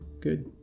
good